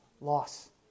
loss